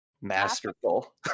Masterful